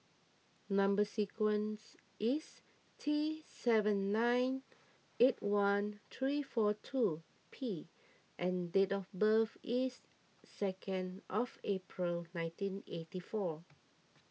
Number Sequence is T seven nine eight one three four two P and date of birth is second of April nineteen eighty four